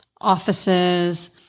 offices